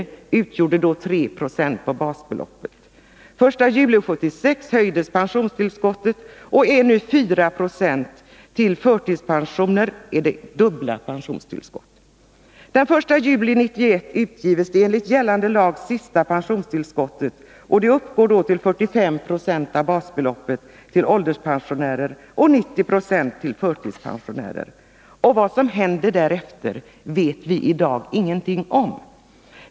Den 1 juli 1981 utgives det enligt gällande lag sista pensionstillskottet, och det kommer då att uppgå till 45 26 av basbeloppet för ålderspensionärer och till 90 96 för förtidspensionärer. Vad som händer därefter vet vi i dag ingenting om.